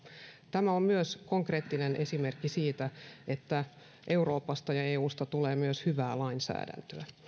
tämä on myös konkreettinen esimerkki siitä että euroopasta ja eusta tulee myös hyvää lainsäädäntöä